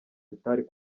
bitari